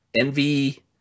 Envy